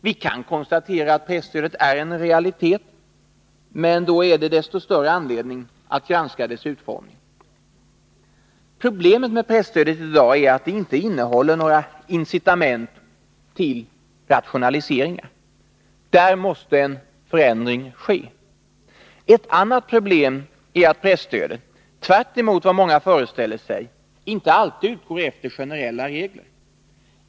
Vi kan konstatera att presstödet är en realitet, men då är det desto större anledning att granska utformningen. Problemet med presstödet i dag är att det inte innehåller några incitament till rationaliseringar. Där måste en förändring ske. Ett annat problem är att presstödet, tvärtemot vad många föreställer sig, icke alltid utgår efter generella regler.